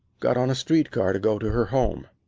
got on a street car to go to her home.